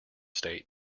state